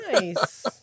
Nice